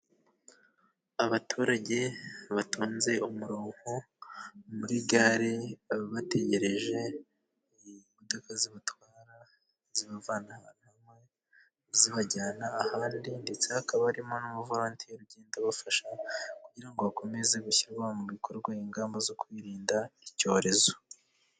Abaturage batonze umurongo muri gare, bategereje imodoka zibatwara, zibavana, zibajyana ahandi, ndetse hakaba harimo n'umuvoronti ugenda ubafasha, kugira ngo hakomeze gushyirwa mu bikorwa ingamba zo kwirinda icyorezo.